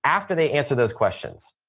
after they answer those questions,